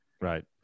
Right